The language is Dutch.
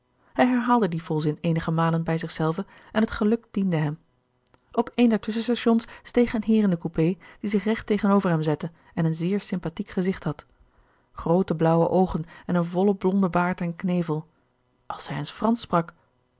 hij herhaalde dien volzin eenige malen bij zich zelven en het geluk diende hem op een der tusschenstations steeg een heer in de coupé die zich recht tegenover hem zette en een zeer sympathiek gezicht had gerard keller het testament van mevrouw de tonnette groote blauwe oogen en een volle blonde baard en knevel als hij eens fransch sprak